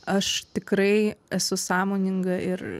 aš tikrai esu sąmoninga ir